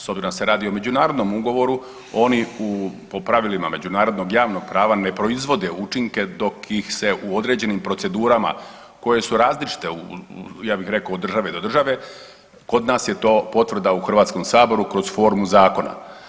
S obzirom da se radi o međunarodnom ugovoru oni u, po pravilima međunarodnog javnog prava ne proizvode učinke dok ih se u određenim procedurama koje su različite ja bih rekao od države do države kod nas je to potvrda u Hrvatskom saboru kroz formu zakona.